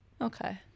Okay